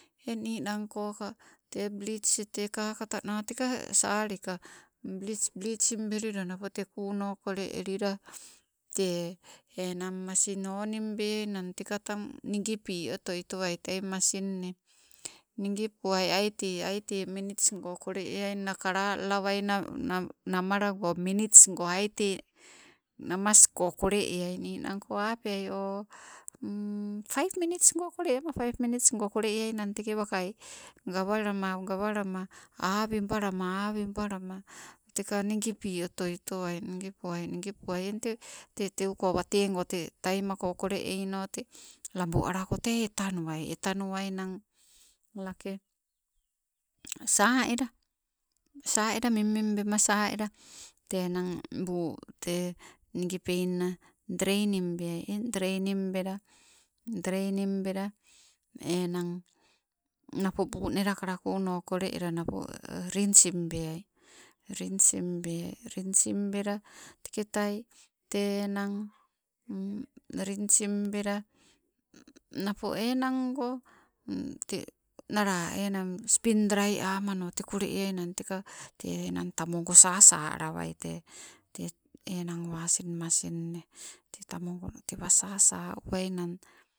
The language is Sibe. Eng ninangkoka tee blits tee kakatana teka salika blits, blitsim bela teka olonoka eng tee kumo kole elila tee enang masin onim beainang teka tang nigipi otoitowai tei masinne. Nigipuai aite minits go kole eainang kala lalawai namalago minits go aite namasko kole eai ninanko apeai o paip minits go kole ama. Paip minits go kole eainang teke wakai gawalama, gawalama awibala, awibalama teke nigipi otoitowai nigipuai. Nigipuai te tenko wataego taimako kole eino laboalako tee etanuwai, etanuwainang lakee saela, saela mingming bema saela, te enang buu te nigipei nna dreeining beai, engg dreining bela, enang napo buu nelakala kuno, kole ela napo rinsing beai, rinsing beai. Rinsing bela teketai te enang rinsing bela te enango ta nalaa spin drai amano te kole eannai take tee enang tamogo sasa alawai tete, enang wasin masinne tee taniogo tewa sasa uwainang.